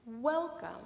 Welcome